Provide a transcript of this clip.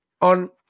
on